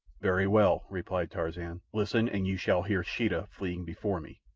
very well, replied tarzan. listen, and you shall hear sheeta fleeing before me.